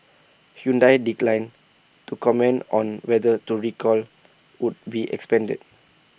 Hyundai declined to comment on whether to recall would be expanded